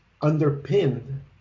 underpinned